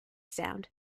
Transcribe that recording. sound